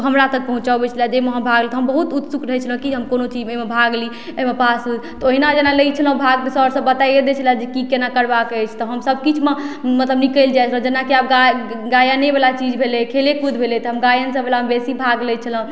तऽ हमरा तक पहुँचबै छलथि जाहिमे हम भाग लेतहुॅं हम बहुत उत्सुक रहै छलहुॅं कि जे हम कोनो चीज एहिमे भाग ली एहिमे पास होइ तऽ ओहिना जेना लै छलहुॅं भाग सर सब बताइए दै छलै जे की केना करबाके अछि तऽ हम सब किछुमे मतलब निकलि जाइ छलहुॅं जेना कि आब गाय गायने बला चीज भेलै खेलेकूद भेलै तऽ हम गायन सब बलामे बेसी भाग लै छलहुॅं